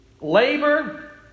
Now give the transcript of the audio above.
Labor